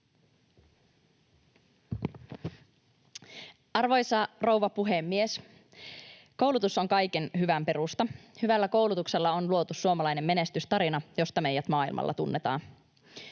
Arvoisa rouva puhemies! Koulutus on kaiken hyvän perusta. Hyvällä koulutuksella on luotu suomalainen menestystarina, josta meidät maailmalla tunnetaan.